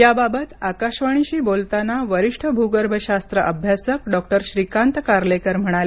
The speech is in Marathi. याबाबत आकाशवाणीशी बोलताना वरिष्ठ भूगर्भशास्त्र अभ्यासक डॉक्टर श्रीकांत कार्लेकर म्हणाले